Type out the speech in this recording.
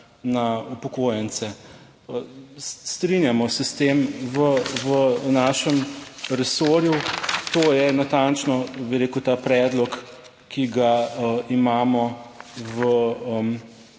na upokojence. Strinjamo se s tem v našem resorju, to je natančno, bi rekel, ta predlog, 87. TRAK